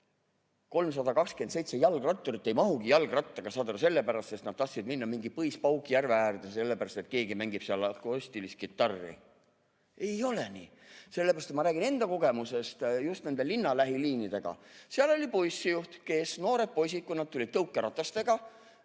327 jalgratturit ei mahugi jalgrattaga [peale], saad aru, aga nad tahtsid minna mingi põis-Paukjärve äärde, sellepärast et keegi mängib seal akustilist kitarri. Ei ole nii! Ma räägin enda kogemusest just nende linnalähiliinidega. Seal oli bussijuht, kes, kui noored poisid tulid tõukeratastega,